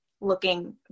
looking